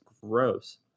gross